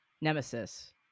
Nemesis